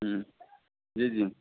जी जी